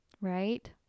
right